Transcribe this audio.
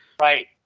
Right